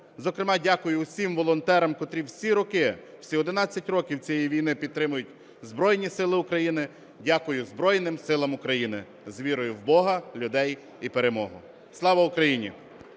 Зокрема дякую усім волонтерам, котрі всі роки, всі 11 років цієї війни підтримують Збройні Сили України. Дякую Збройним Силам України. З вірою в Бога, людей і перемогу. Слава Україні!